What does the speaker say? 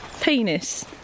Penis